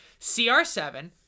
CR7